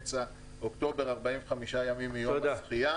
אמצע אוקטובר הוא תאריך היעד לפתיחת המעבדות בטרמינל 3 בנתב"ג.